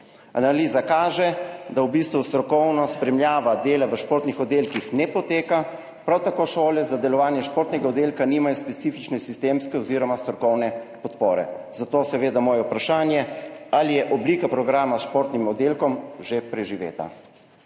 Analiza kaže, da v bistvu strokovna spremljava dela v športnih oddelkih ne poteka, prav tako šole za delovanje športnega oddelka nimajo specifične sistemske oziroma strokovne podpore. Zato je moje vprašanje: Ali je oblika programa s športnim oddelkom že preživeta?